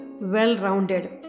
well-rounded